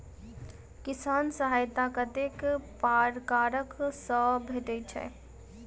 किसान सहायता कतेक पारकर सऽ भेटय छै?